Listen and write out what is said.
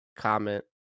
comment